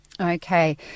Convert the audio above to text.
Okay